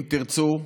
אם תרצו,